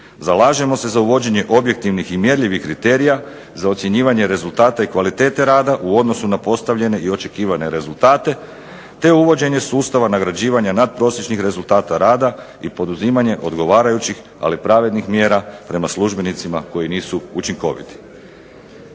Zalažemo se za uvođenje objektivnih i mjerljivih kriterija za ocjenjivanje rezultata i kvalitete rada u odnosu na postavljene i očekivane rezultate, te uvođenje sustava nagrađivanja natprosječnih rezultata rada i poduzimanje odgovarajućih ali pravednih mjera prema službenicima koji nisu učinkoviti.